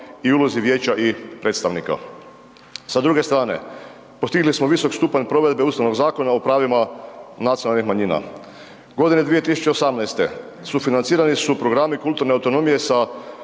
i ulozi vijeća i predstavnika. Sa druge strane, postigli smo visok stupanj provedbe Ustavnog zakona o pravima nacionalnih manjina. Godine 2018. sufinancirani su programi kulturne autonomije za